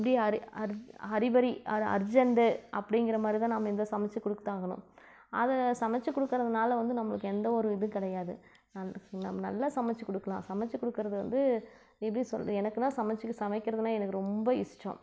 எப்படி அரி அரி அரிபரி அர்ஜென்ட்டு அப்படிங்கிற மாதிரிதான் நாம் இதை சமைச்சு கொடுத்தாகணும் அதை சமைச்சு கொடுக்கறதுனால வந்து நம்மளுக்கு எந்த ஒரு இதும் கிடையாது ந நம்ம நல்ல சமைச்சு கொடுக்கலாம் சமைச்சு கொடுக்குறது வந்து எப்படி சொல்ற எனக்குனால் சமைச்சு சமைக்கிறதுன்னால் எனக்கு ரொம்ப இஷ்டம்